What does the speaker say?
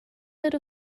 vote